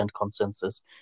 consensus